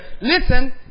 listen